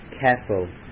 careful